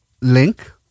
link